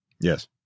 Yes